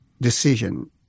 decision